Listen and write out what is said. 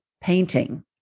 painting